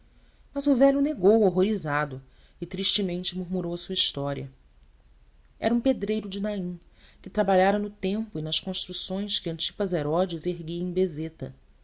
mas o velho negou horrorizado e tristemente murmurou a sua história era um pedreiro de naim que trabalhara no templo e nas construções que antipas herodes erguia em bezeta